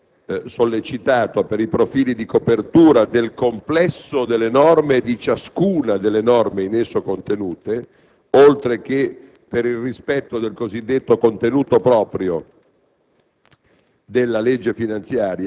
esame che ci è stato sollecitato per i profili di copertura del complesso delle norme e di ciascuna delle norme in esso contenute, oltre che per il rispetto del cosiddetto contenuto proprio